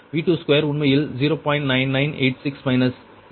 9986 minus இது